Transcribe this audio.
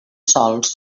sols